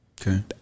okay